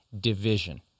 division